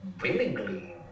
willingly